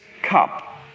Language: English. cup